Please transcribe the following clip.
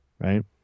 Right